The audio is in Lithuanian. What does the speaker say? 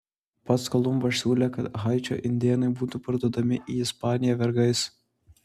pats kolumbas siūlė kad haičio indėnai būtų parduodami į ispaniją vergais